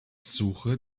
suche